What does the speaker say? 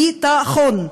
ביטחון.